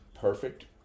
Perfect